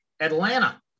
Atlanta